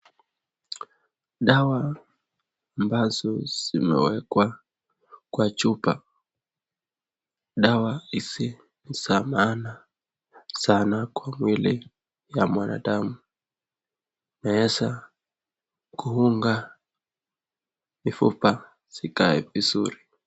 Dawa amabazo zimewekwa kwa chupa dawa hizi ni za maana sana kwa mwili ya mwanadamu inaeza kuunda mifupa zikae vizuri.